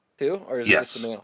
Yes